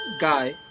guy